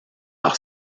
par